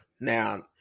Now